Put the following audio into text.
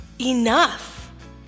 enough